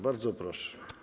Bardzo proszę.